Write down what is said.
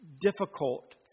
difficult